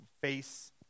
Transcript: face